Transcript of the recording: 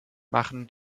machen